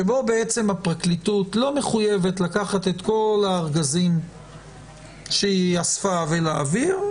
שבו הפרקליטות לא מחויבת לקחת את כל הארגזים שהיא אספה ולהעביר,